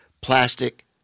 plastic